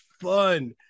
fun